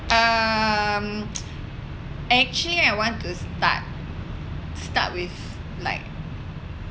um actually I want to start start with like